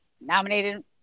nominated